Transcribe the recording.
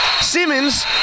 Simmons